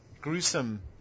gruesome